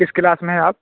کس کلاس میں ہیں آپ